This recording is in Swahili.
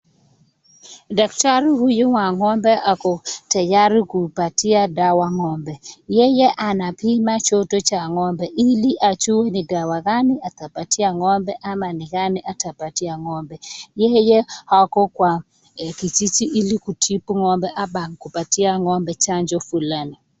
Daktari huyu wa ng'ombe ako tayari kupatia dawa ng'ombe ,yeye anapima joto cha ng'ombe ili ajue ni dawa gani atapatia ng'ombe ama ni gani atapatia ng'ombe ,yeye ako kwa vijiji ili kutibu ng'ombe ama kupatia ng'ombe chanjo fulani.